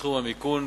בתחום המיכון,